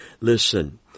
Listen